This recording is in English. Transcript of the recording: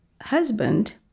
husband